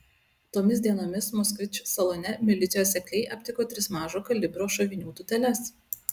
tomis dienomis moskvič salone milicijos sekliai aptiko tris mažo kalibro šovinių tūteles